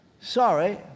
Sorry